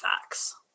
facts